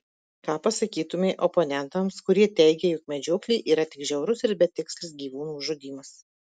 ką pasakytumei oponentams kurie teigia jog medžioklė yra tik žiaurus ir betikslis gyvūnų žudymas